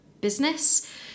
business